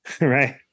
Right